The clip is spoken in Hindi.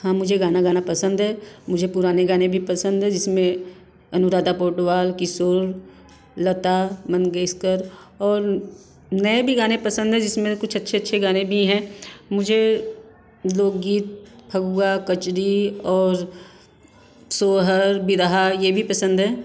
हाँ मुझे गाना गाना पसंद है मुझे पुराने गाने भी पसंद है जिसमे अनुराधा पोर्टवाल किशोर लता मंगेशकर और नए भी गाने पसंद है जिसमें कुछ अच्छे अच्छे गाने भी है मुझे लोकगीत फगुआ कचरी और सोहर बिरहा यह भी पसंद है